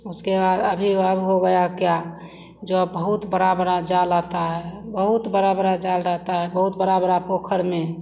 उसके बाद अभी और हो गया क्या जो बहुत बड़ा बड़ा जाल आता है बहुत बड़ा बड़ा जाल रहता है बहुत बड़ा बड़ा पोख़र में